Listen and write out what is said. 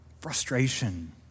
frustration